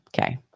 Okay